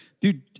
Dude